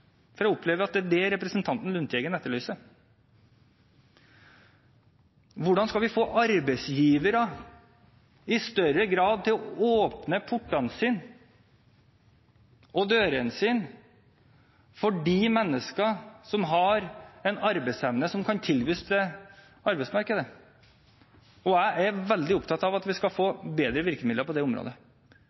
Jeg opplever at det er det representanten Lundteigen etterlyser. Hvordan skal vi få arbeidsgivere i større grad til å åpne portene og dørene sine for de menneskene som har en arbeidsevne som kan tilbys arbeidsmarkedet? Jeg er veldig opptatt av at vi skal få bedre virkemidler på det området.